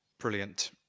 Brilliant